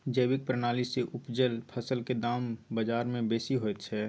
जैविक प्रणाली से उपजल फसल के दाम बाजार में बेसी होयत छै?